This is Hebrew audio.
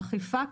האכיפה,